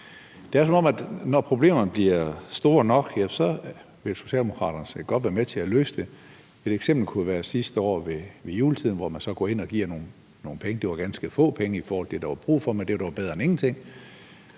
at løse det, når problemerne bliver store nok. Et eksempel på det kunne være sidste år ved juletid, hvor man så gik ind og gav nogle penge. Det var ganske få penge i forhold til det, der var brug for, men det var dog bedre end ingenting.